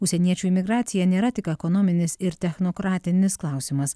užsieniečių imigracija nėra tik ekonominis ir technokratinis klausimas